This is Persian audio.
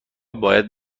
باید